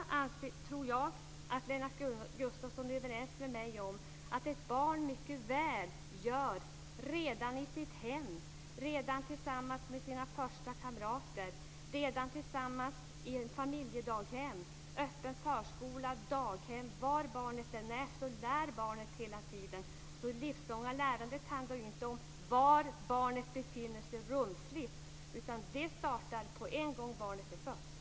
Jag tror att Lennart Gustavsson är överens med mig om att ett barn gör detta redan i sitt hem, tillsammans med sina första kamrater, i ett familjedaghem, på en öppen förskola eller på daghem. Var barnet än är så lär det hela tiden. Det livslånga lärandet handlar alltså inte om var barnet befinner sig rumsligt, utan det startar på en gång när barnet är fött.